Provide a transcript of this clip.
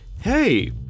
hey